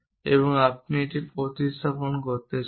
এবং আপনি এটি প্রতিস্থাপন করতে চান